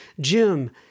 Jim